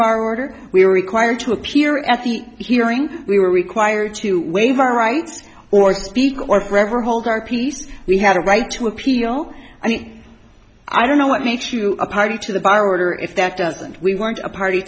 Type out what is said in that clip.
bar order we were required to appear at the hearing we were required to waive our rights or speak or forever hold our peace we had a right to appeal i mean i don't know what makes you a party to the bar order if that doesn't we want a party